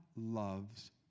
loves